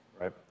Right